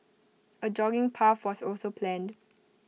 A jogging path was also planned